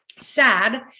sad